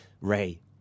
Ray